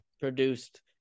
produced